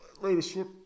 leadership